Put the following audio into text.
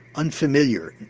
unfamiliar,